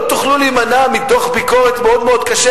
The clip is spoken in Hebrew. לא תוכלו להימנע מדוח ביקורת מאוד מאוד קשה,